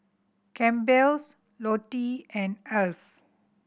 Campbell's Lotte and Alf